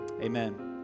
amen